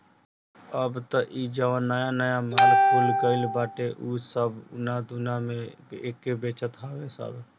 अब तअ इ जवन नया नया माल खुल गईल बाटे उ सब उना दूना में एके बेचत हवे सब